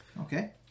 Okay